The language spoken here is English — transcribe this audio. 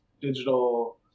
digital